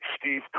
Steve